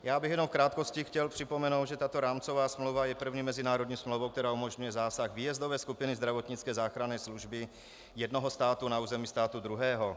Já bych jenom v krátkosti chtěl připomenout, že tato rámcová smlouva je první mezinárodní smlouvou, která umožňuje zásah výjezdové skupiny zdravotnické záchranné služby jednoho státu na území státu druhého.